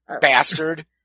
bastard